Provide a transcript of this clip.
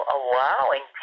allowing